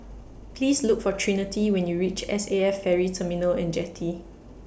Please Look For Trinity when YOU REACH S A F Ferry Terminal and Jetty